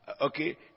Okay